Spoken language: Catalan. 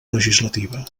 legislativa